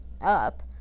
up